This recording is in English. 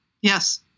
Yes